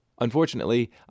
Unfortunately